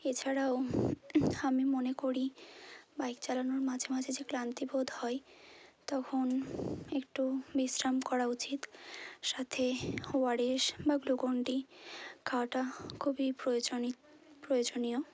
এছাড়াও আমি মনে করি বাইক চালানোর মাঝে মাঝে যে ক্লান্তি বোধ হয় তখন একটু বিশ্রাম করা উচিত সাথে ওআরএস বা গ্লুকন ডি খাওয়াটা খুবই প্রয়োজনই প্রয়োজনীয়